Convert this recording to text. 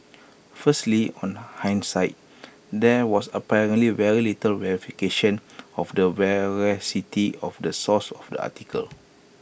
firstly on hindsight there was apparently very little verification of the veracity of the source of the article